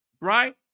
Right